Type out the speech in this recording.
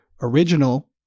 original